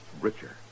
richer